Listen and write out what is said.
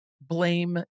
blame